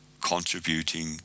contributing